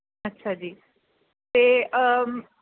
ਅੱਛਾ ਜੀ ਅਤੇ